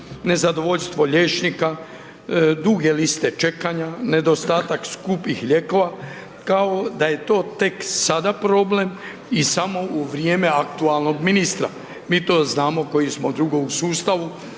nezadovoljstvo liječnika, duge liste čekanja, nedostatak skupih lijekova, kao da je to tek sada problem i samo u vrijeme aktualnog ministra. Mi to znamo, koji smo dugo u sustavu,